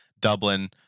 Dublin